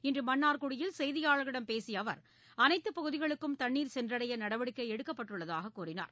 இன்றுமன்னார்குடியில் செய்தியாளர்களிடம் பேசியஅவர் அனைத்துப் பகுதிகளுக்கும் தண்ணீர் சென்றடையநடவடிக்கைஎடுக்கப்பட்டுள்ளதாககூறினார்